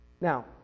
Now